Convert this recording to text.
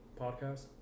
Podcast